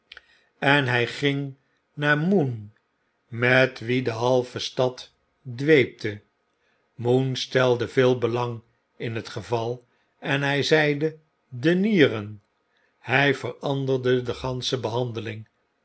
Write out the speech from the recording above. was enhij ging naar moon met wien de halve stad dweepte moon stelde veel belang in het geval en hy zeide de nieren hij veranderde de gansche behandeling